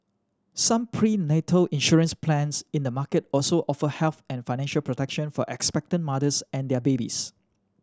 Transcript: some prenatal insurance plans in the market also offer health and financial protection for expectant mothers and their babies